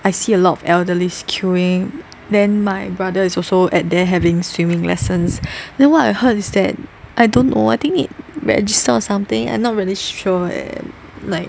I see a lot of elderlies queueing then my brother is also at there having swimming lessons then what I heard is that I don't know I think need to register or something I'm not really sure leh like